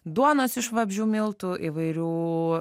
duonos iš vabzdžių miltų įvairių